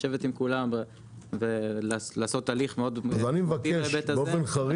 לשבת עם כולם ולעשות הליך מאוד משמעותי בהיבט הזה.